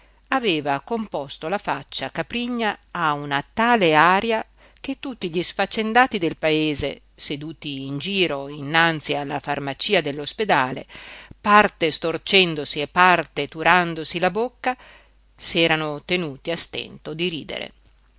aveva composto la faccia caprigna a una tale aria che tutti gli sfaccendati del paese seduti in giro innanzi alla farmacia dell'ospedale parte storcendosi e parte turandosi la bocca s'erano tenuti a stento di ridere